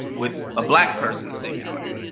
with a black person singing on it.